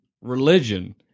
religion